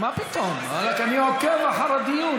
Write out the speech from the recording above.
אני עוקב אחר הדיון.